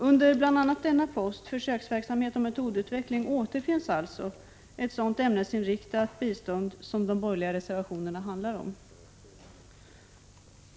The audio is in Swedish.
Under bl.a. posten Försöksverksamhet och metodutveckling återfinns alltså ett sådant ämnesinriktat bistånd som de borgerliga reservationerna handlar om.